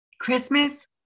Christmas